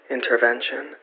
Intervention